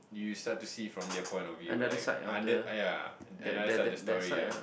you start to see from their point of view like under ya another side of the story ya